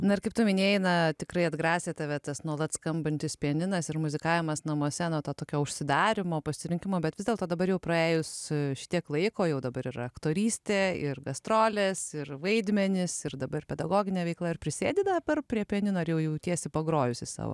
na kaip tu minėjai na tikrai atgrasė tave tas nuolat skambantis pianinas ir muzikavimas namuose nuo tokio užsidarymo pasirinkimo bet vis dėlto dabar jau praėjus šitiek laiko jau dabar yra aktorystė ir gastrolės ir vaidmenys ir dabar pedagoginė veikla ir prisideda per prie pianino jau jautiesi pagrojusi savo